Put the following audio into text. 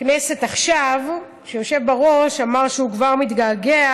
הישיבה עכשיו, שיושב בראש, אמר שהוא כבר מתגעגע,